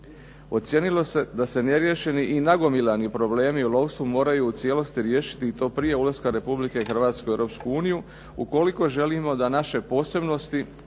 Ocijenilo se da se neriješeni i nagomilani problemi u lovstvu moraju u cijelosti riješiti i to prije ulaska Republike Hrvatske u Europsku uniju ukoliko želimo da naše posebnosti,